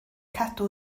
cadw